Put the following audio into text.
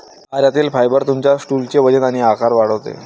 आहारातील फायबर तुमच्या स्टूलचे वजन आणि आकार वाढवते